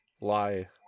lie